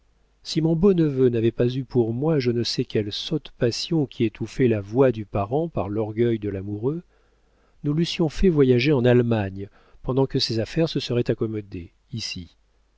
si mon beau neveu n'avait pas eu pour moi je ne sais quelle sotte passion qui étouffait la voix du parent par l'orgueil de l'amoureux nous l'eussions fait voyager en allemagne pendant que ses affaires se seraient accommodées ici